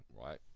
right